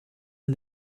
and